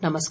नमस्कार